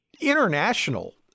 international